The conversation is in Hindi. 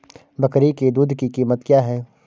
बकरी की दूध की कीमत क्या है?